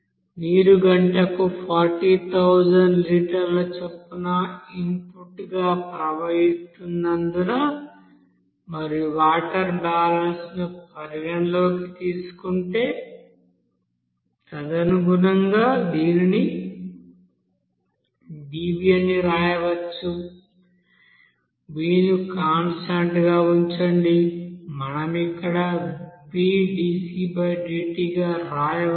నీరు గంటకు 40000 లీటర్ చొప్పున ఇన్పుట్గా ప్రవహిస్తున్నందున మరియు వాటర్ బాలన్స్ ను పరిగణనలోకి తీసుకుంటే తదనుగుణంగా దీనిని dv అని వ్రాయవచ్చు v ను కాన్స్టాంట్ గా ఉంచండి మనం ఇక్కడ vdcdt గా వ్రాయవచ్చు